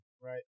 right